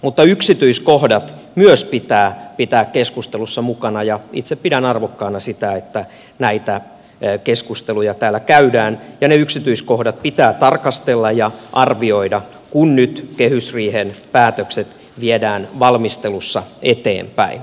mutta myös yksityiskohdat pitää pitää keskustelussa mukana ja itse pidän arvokkaana sitä että näitä keskusteluja täällä käydään ja niitä yksityiskohtia pitää tarkastella ja arvioida kun nyt kehysriihen päätökset viedään valmistelussa eteenpäin